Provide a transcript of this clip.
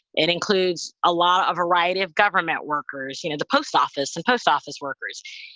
it includes a lot of variety of government workers. you know, the post office and post office workers.